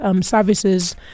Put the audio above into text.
services